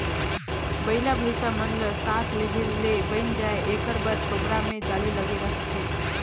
बइला भइसा मन ल सास लेहे ले बइन जाय एकर बर तोबरा मे जाली लगे रहथे